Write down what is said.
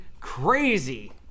crazy